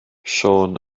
siôn